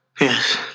Yes